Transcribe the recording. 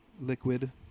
liquid